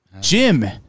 Jim